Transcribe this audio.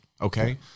okay